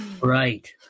Right